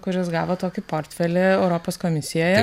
kuris gavo tokį portfelį europos komisijoje